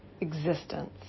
existence